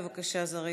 בבקשה, זריז.